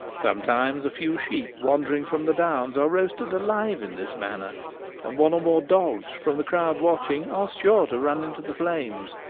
sometimes a few sheep wandering from the downs are roasted alive in this manner and one or more dogs from the crowd watching are sure to run into the flames,